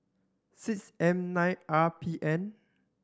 six M nine R P N